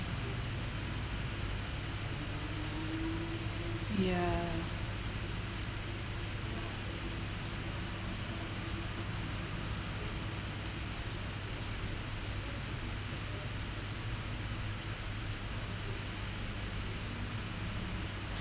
yeah